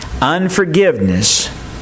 Unforgiveness